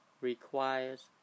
requires